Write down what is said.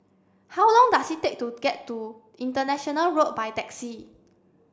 how long does it take to get to International Road by taxi